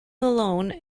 malone